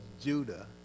Judah